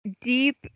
deep